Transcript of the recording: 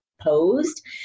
posed